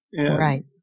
Right